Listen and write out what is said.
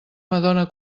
madona